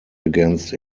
against